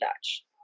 Dutch